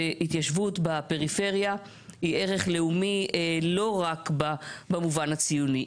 והתיישבות בפריפריה היא ערך לאומי לא רק במובן הציוני,